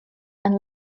and